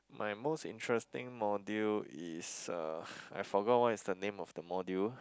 my most interesting module is uh I forgot what is the name of the module